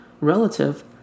relative